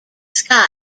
scott